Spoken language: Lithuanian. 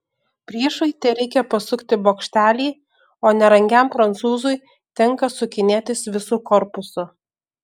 priešui tereikia pasukti bokštelį o nerangiam prancūzui tenka sukinėtis visu korpusu